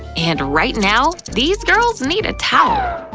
and right now, these girls need a towel!